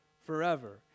forever